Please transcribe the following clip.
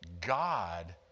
God